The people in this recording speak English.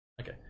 okay